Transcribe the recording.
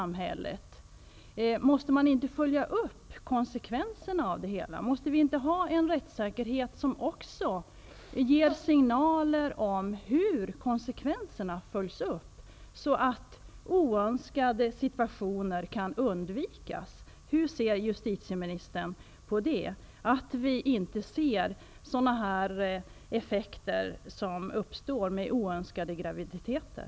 Måste man inte följa upp konsekvenserna av dessa? Måste inte detta ingå i rättssäkerheten, så att oönskade situationer kan undvikas? Hur ser justitieministern på sådana effekter som oönskade graviditeter?